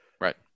Right